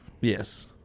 Yes